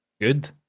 Good